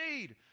need